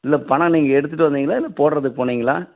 இல்லை பணம் நீங்கள் எடுத்துகிட்டு வந்தீங்களா இல்லை போடுறதுக்கு போனீங்களா